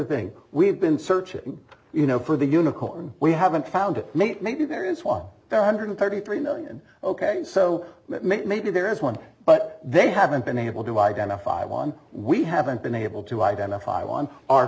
thing we've been searching you know for the unicorn we haven't found it mate maybe there is one there hundred thirty three million ok so maybe there is one but they haven't been able to identify one we haven't been able to identify one our